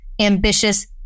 ambitious